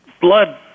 blood